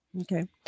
Okay